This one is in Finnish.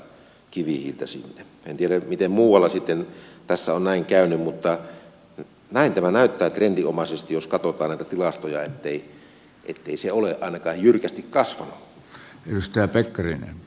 en tiedä miten muualla sitten tässä on näin käynyt mutta näin tämä näyttää trendinomaisesti jos katsotaan näitä tilastoja ettei se ole ainakaan jyrkästi kasvanut